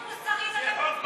הפוך,